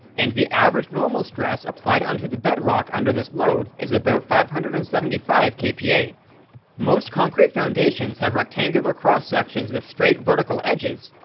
and the average normal stress applied onto the bedrock under this load is about five hundred and seventy five kpa. most concrete foundations have rectangular cross-sections with straight vertical edges,